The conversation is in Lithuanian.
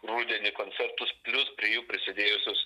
rudenį koncertus plius prie jų prisidėjusius